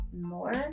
more